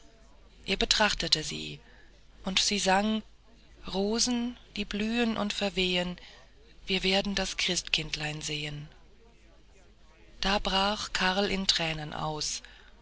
er betrachtete sie und sie sang rosen die blühen und verwehen wir werden das christkindlein sehen da brach karl in thränen aus